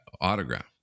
autograph